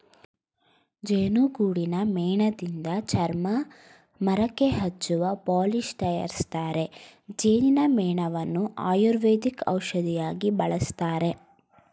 ಜೇನುಗೂಡಿನ ಮೇಣದಿಂದ ಚರ್ಮ, ಮರಕ್ಕೆ ಹಚ್ಚುವ ಪಾಲಿಶ್ ತರಯಾರಿಸ್ತರೆ, ಜೇನಿನ ಮೇಣವನ್ನು ಆಯುರ್ವೇದಿಕ್ ಔಷಧಿಯಾಗಿ ಬಳಸ್ತರೆ